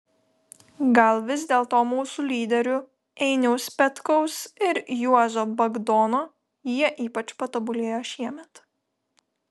gal vis dėlto mūsų lyderių einiaus petkaus ir juozo bagdono jie ypač patobulėjo šiemet